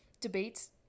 debates